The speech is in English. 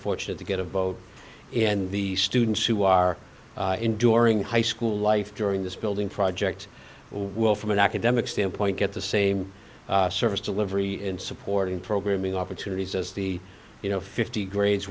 fortunate to get a vote and the students who are enduring high school life during this building project will from an academic standpoint get the same service delivery in supporting programming opportunities as the you know fifty grades